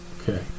Okay